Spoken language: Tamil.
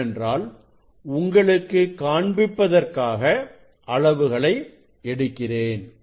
ஏனென்றால் உங்களுக்கு காண்பிப்பதற்காக அளவுகளை எடுக்கிறேன்